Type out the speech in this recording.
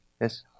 Yes